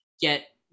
get